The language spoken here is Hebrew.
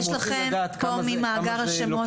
יש לכם פה ממאגר השמות --- כשאתם